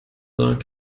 sondern